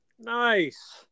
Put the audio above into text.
Nice